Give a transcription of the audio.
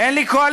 אין לי קואליציה.